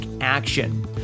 action